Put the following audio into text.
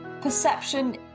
Perception